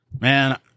Man